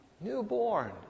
newborn